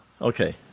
Okay